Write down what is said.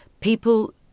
people